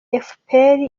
efuperi